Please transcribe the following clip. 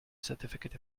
certificate